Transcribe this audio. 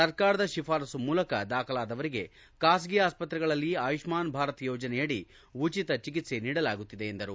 ಸರ್ಕಾರದ ಶಿಫಾರಸ್ಲು ಮೂಲಕ ದಾಖಲಾದವರಿಗೆ ಖಾಸಗಿ ಆಸ್ಪತ್ರೆಗಳಲ್ಲಿ ಆಯುಷ್ನಾನ್ ಭಾರತ್ ಯೋಜನೆಯಡಿ ಉಚಿತ ಚಿಕಿತ್ನೆ ನೀಡಲಾಗುತ್ತಿದೆ ಎಂದರು